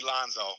Lonzo